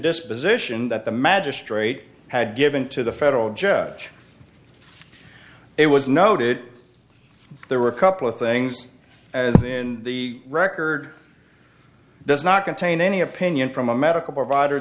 disposition that the magistrate had given to the federal judge it was noted there were a couple of things as in the record does not contain any opinion from a medical provider